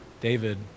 David